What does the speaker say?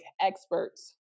experts